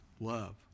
love